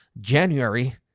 January